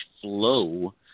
flow